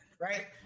right